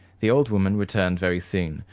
the old woman returned very soon,